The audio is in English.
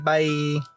Bye